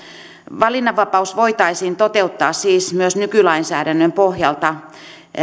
valinnanvapaus voitaisiin toteuttaa siis myös nykylainsäädännön pohjalta